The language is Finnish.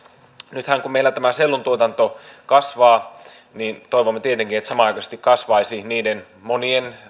nythän kun meillä tämä selluntuotanto kasvaa toivomme tietenkin että samanaikaisesti kasvaisi niiden monien